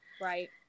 Right